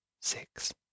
six